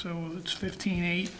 so it's fifteen eight